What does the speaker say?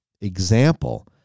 example